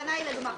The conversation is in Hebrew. הכוונה היא לגמ"ח.